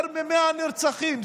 יותר מ-100 נרצחים.